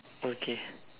okay